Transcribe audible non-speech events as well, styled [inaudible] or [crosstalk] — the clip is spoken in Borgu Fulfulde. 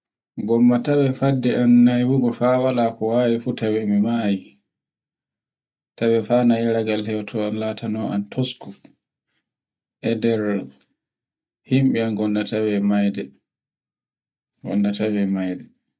gomme tawan fadden am nay wuro fa wala ko wawi fu tawai mi mayi. Tawe faneyi ragal hewtawal latanoen tasku [noise] e nde yimɓe ngonnata en mayde, wannata en mayde